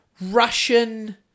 Russian